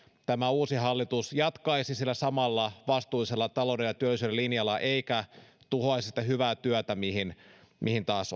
tämä uusi hallitus jatkaisi sillä samalla vastuullisella talouden ja työllisyyden linjalla eikä tuhoaisi sitä hyvää työtä mihin mihin taas